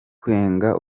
kwenga